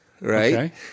right